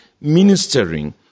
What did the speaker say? ministering